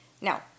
now